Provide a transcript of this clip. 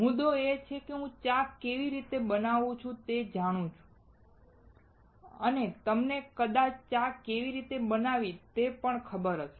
મુદ્દો એ છે કે હું ચા કેવી રીતે બનાવવું તે જાણું છું અને તમને કદાચ ચા કેવી રીતે બનાવવી તે પણ ખબર હશે